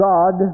God